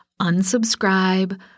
Unsubscribe